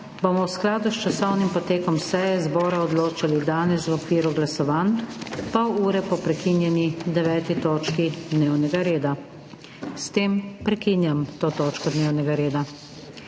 bomo v skladu s časovnim potekom seje zbora odločali danes v okviru glasovanj, pol ure po prekinjeni 9. točki dnevnega reda. S tem prekinjam to točko dnevnega reda.